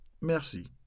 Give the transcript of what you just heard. Merci